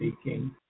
speaking